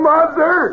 Mother